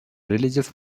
religious